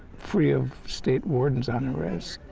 free of state wardens on the res.